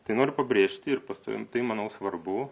tai noriu pabrėžti ir pastoviam tai manau svarbu